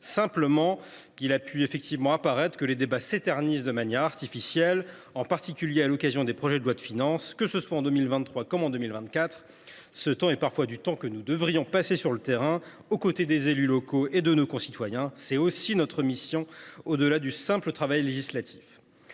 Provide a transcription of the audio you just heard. Simplement, il a pu arriver que les débats s’éternisent de manière artificielle, en particulier à l’occasion des projets de loi de finances, que ce soit en 2023 ou en 2024. Ce temps, nous devrions parfois le passer sur le terrain, aux côtés des élus locaux et de nos concitoyens ; c’est aussi notre mission, au delà du simple travail législatif.